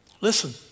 Listen